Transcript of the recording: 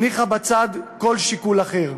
הניחה בצד כל שיקול אחר.